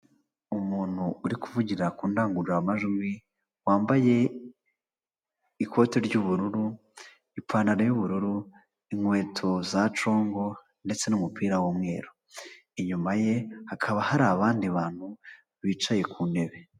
Umuntu uri kuvugira ku ndangururamajwi wambaye ikote ry'ubururu, ipantaro y'ubururu, inkweto za congo ndetse n'umupira w'umweru. Inyuma ye hakaba hari abandi bantu bicaye ku ntebe.